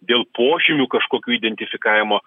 dėl požymių kažkokių identifikavimo